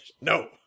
No